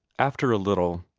after a little,